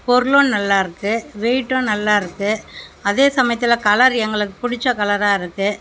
பொருளும் நல்லாயிருக்கு வெயிட்டும் நல்லாயிருக்கு அதே சமயத்தில் கலர் எங்களுக்கு பிடிச்ச கலராக இருக்குது